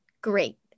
Great